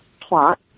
plot